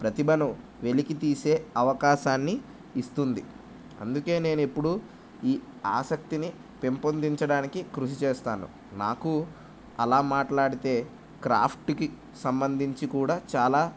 ప్రతిభను వెలికి తీసే అవకాశాన్ని ఇస్తుంది అందుకే నేను ఇప్పుడు ఈ ఆసక్తిని పెంపొందించడానికి కృషి చేస్తాను నాకు అలా మాట్లాడితే క్రాఫ్ట్కి సంబంధించి కూడా చాలా